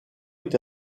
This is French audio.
est